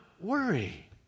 worry